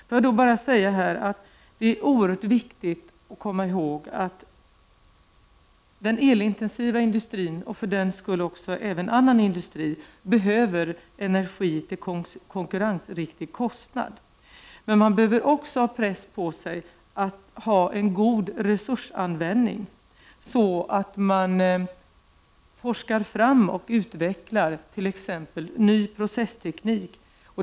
Det är oerhört viktigt att komma ihåg att den elintensiva industrin, och för den skull även annan industri, behöver energi till en kostnad som är riktig från konkurrenssynpunkt, Men industrin behöver också ha press på sig för en god resursanvändning, så att man forskar och utvecklar t.ex. nya processtekniker.